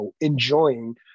enjoying